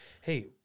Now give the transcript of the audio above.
Hey